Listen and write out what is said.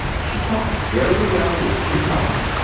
she talk very well with two tongues,